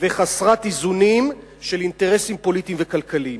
וחסרת איזונים של אינטרסים פוליטיים וכלכליים.